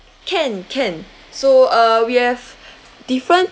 can can so uh we have different